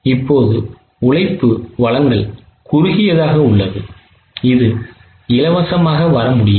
இப்போது உழைப்பு வழங்கல் குறுகியதாக உள்ளது இது இலவசமாக வர முடியாது